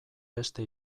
beste